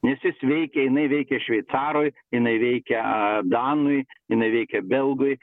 nes jis veikia jinai veikia šveicarui jinai veikia danui jinai veikia belgui